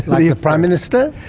the prime minister?